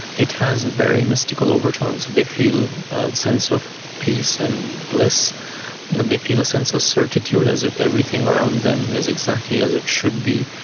it has very mystical overtones. they feel a sense of peace and bliss and they feel a sense of certitude, as if everything around them is exactly as it should be,